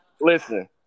Listen